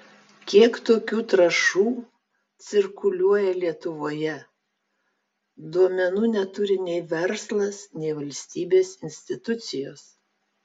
kiek tokių trąšų cirkuliuoja lietuvoje duomenų neturi nei verslas nei valstybės institucijos